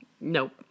Nope